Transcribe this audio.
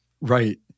Right